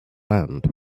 land